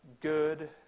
good